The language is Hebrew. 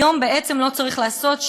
היום בעצם לא צריך לעשות,